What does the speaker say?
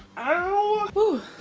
oh